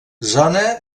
zona